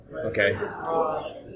Okay